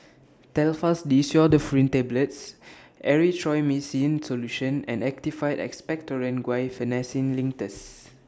Telfast D Pseudoephrine Tablets Erythroymycin Solution and Actified Expectorant Guaiphenesin Linctus